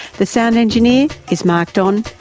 the sound engineer is mark don.